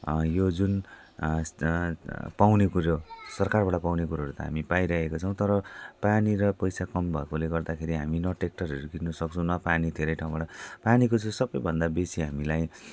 यो जुन पाउने कुरो सरकारबाट पाउने कुरोहरू त हामी पाइरहेको छौँ तर पानी र पैसा कम भएकोले गर्दाखेरि हामी न ट्र्याक्टरहरू किन्न सक्छौँ न पानी धेरै ठाउँबाट पानीको सबैभन्दा बेसी हामीलाई